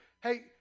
hey